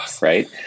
right